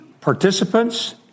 participants